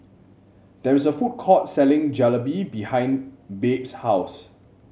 there is a food court selling Jalebi behind Babe's house